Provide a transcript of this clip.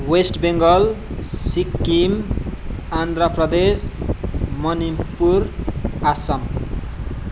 West Bengal Sikkim Andhra Pradesh Manipur Assam